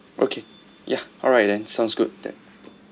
okay ya alright then sounds good that